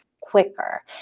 quicker